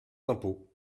d’impôts